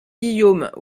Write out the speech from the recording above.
guillaume